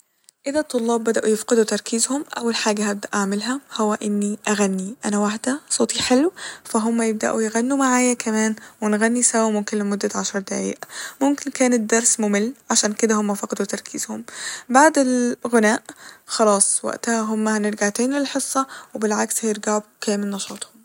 اذا الطلاب بدأو يفقدو تركيزهم أول حاجة هبدأ اعملها هو اني اغني أنا واحدة صوتي حلو ف هما يبدأو يغنوا معايا كمان ونغني سوا ممكن لمدة عشر دقايق ، ممكن كان الدرس ممل عشان كده هما فقدو تركيزهم ، بعد ال- غناء خلاص وقتها هما هنرجع تاني للحصة وبالعكس هيرجعو لكامل نشاطهم